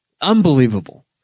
unbelievable